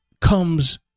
comes